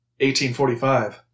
1845